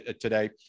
today